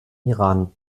iran